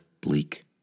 bleak